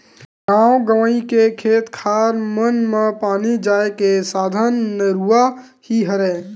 गाँव गंवई के खेत खार मन म पानी जाय के साधन नरूवा ही हरय